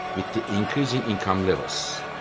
with the increasing income levels,